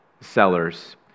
sellers